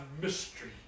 mystery